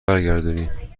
برگردونی